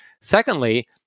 Secondly